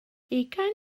ugain